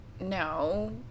no